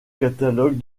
catalogue